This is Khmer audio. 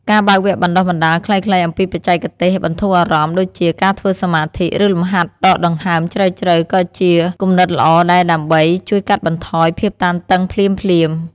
ការបើកវគ្គបណ្ដុះបណ្ដាលខ្លីៗអំពីបច្ចេកទេសបន្ធូរអារម្មណ៍ដូចជាការធ្វើសមាធិ ឬលំហាត់ដកដង្ហើមជ្រៅៗក៏ជាគំនិតល្អដែរដើម្បីជួយកាត់បន្ថយភាពតានតឹងភ្លាមៗ។